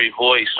voice